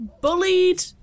bullied